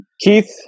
keith